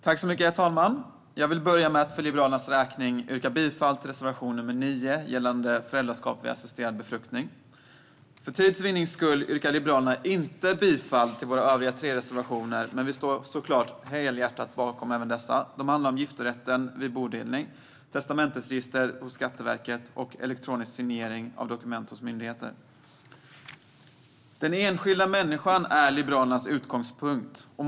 Herr talman! Jag vill börja med att för Liberalernas räkning yrka bifall till reservation 9 gällande föräldraskap vid assisterad befruktning. För tids vinnande yrkar Liberalerna inte bifall till våra övriga tre reservationer, men vi står såklart helhjärtat bakom även dessa. De handlar om giftorätten vid bodelning, om testamentsregister hos Skatteverket och om elektronisk signering av dokument hos myndigheter. Den enskilda människan är Liberalernas utgångspunkt.